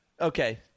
Okay